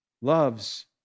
loves